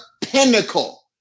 pinnacle